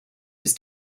his